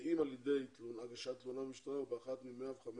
ואם על ידי הגשת תלונה במשטרה או באחת מ-115